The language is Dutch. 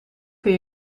kun